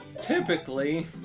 typically